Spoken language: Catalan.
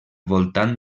voltant